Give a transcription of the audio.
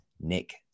Nick